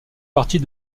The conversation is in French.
partie